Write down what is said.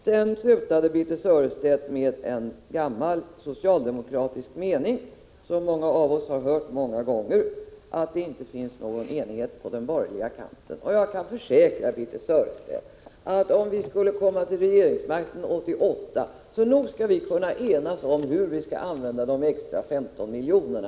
Birthe Sörestedt slutade med en gammal socialdemokratisk mening, som många av oss har hört många gånger, nämligen att det inte finns någon enighet på den borgerliga kanten. Jag kan försäkra Birthe Sörestedt, att om vi skulle komma till regeringsmakten 1988, kommer vi nog att kunna enas om hur vi skall använda de extra 15 miljonerna.